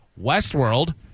Westworld